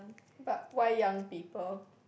but why young people